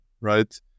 right